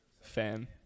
fan